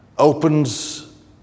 opens